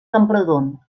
camprodon